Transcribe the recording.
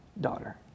daughter